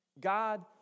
God